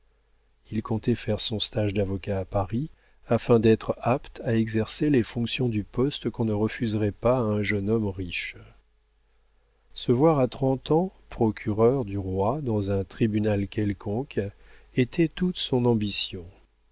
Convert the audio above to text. il comptait faire son stage d'avocat à paris afin d'être apte à exercer les fonctions du poste qu'on ne refuserait pas à un jeune homme riche se voir à trente ans procureur du roi dans un tribunal quelconque était toute son ambition